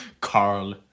Carl